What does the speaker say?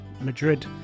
Madrid